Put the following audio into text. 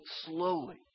slowly